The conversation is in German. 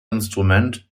instrument